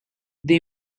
they